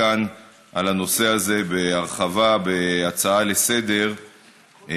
כאן על הנושא הזה בהרחבה בהצעה לסדר-היום,